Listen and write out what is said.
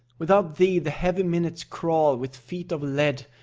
without thee the heavy minutes crawl with feet of lead,